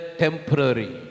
temporary